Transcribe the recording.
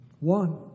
One